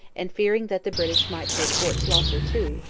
and, fearing that the british might take fort schlosser too,